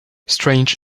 strange